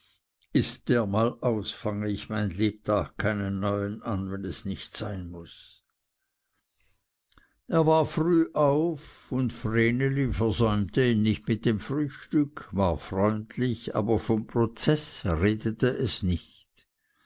ist der mal aus fange ich mein lebtag keinen neuen an wenn es nicht sein muß er war früh auf und vreneli versäumte ihn nicht mit dem frühstück war freundlich aber vom prozeß redete es nicht